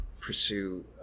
pursue